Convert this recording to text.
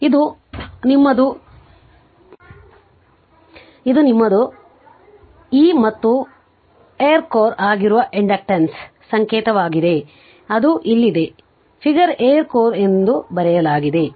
ಇದು ನಿಮ್ಮದು ಇದು ನಿಮ್ಮ ಇ ಮತ್ತು ಇದು ಏರ್ ಕೋರ್ ಆಗಿರುವಾಗ ಇಂಡಕ್ಟರ್ನ ಸಂಕೇತವಾಗಿದೆ ಅದು ಇಲ್ಲಿದೆ ಅದು ಫಿಗರ್ ಏರ್ ಕೋರ್ ಎಂದು ಬರೆಯಲಾಗಿದೆ